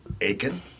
Aiken